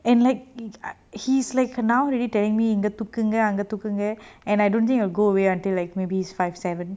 and like he is like now really telling me இங்க துக்குங்க அங்க துக்குங்க:inga thukkunga anga thukkunga and I don't think it'll go away until like maybe it's five seven